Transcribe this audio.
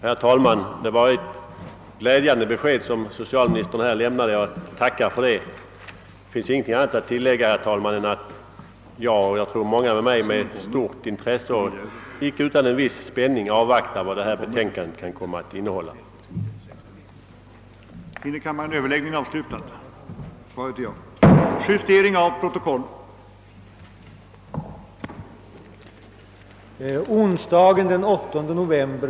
Herr talman! Jag tackar för det glädjande besked som socialministern lämnade. Det finns ingenting annat att tillägga än att jag — och säkerligen också många med mig — med stort intresse och icke utan en viss spänning avvaktar vad utredningens betänkande kan kommer att innehålla.